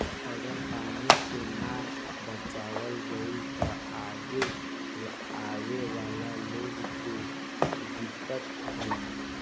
अगर पानी के ना बचावाल गइल त आगे आवे वाला लोग के दिक्कत होई